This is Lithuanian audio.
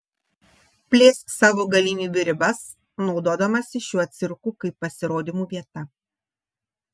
plėsk savo galimybių ribas naudodamasi šiuo cirku kaip pasirodymų vieta